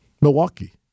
Milwaukee